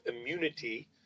immunity